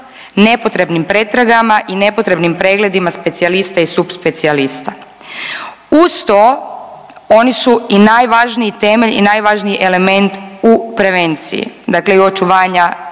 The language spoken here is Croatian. nepotrebnim pretragama i nepotrebnim pregledima specijalista i subspecijalista. Uz to oni su i najvažniji temelj i najvažniji element u prevenciji, dakle i očuvanju zdravlja